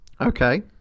Okay